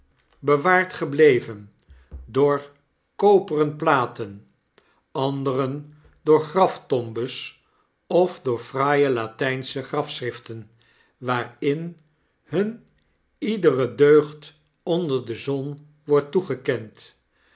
bewaard gebleven doorkoperen platen anderen door graftombes of door fraaie latynsche grafschriften waarinhuniedere deugd onder de zon wordt toegekend